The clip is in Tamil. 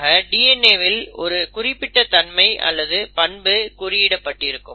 ஆக DNA வில் ஒரு குறிப்பிட்ட தன்மை அல்லது பண்பு குறிப்பிடப்பட்டிருக்கும்